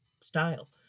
style